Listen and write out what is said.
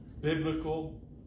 biblical